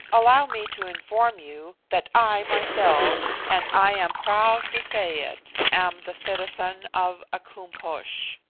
allow me to inform you that i myself, and i am proud to say it, am the citizen of a koom-posh.